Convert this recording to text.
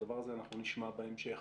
ונשמע על זה בהמשך